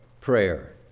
prayer